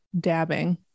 dabbing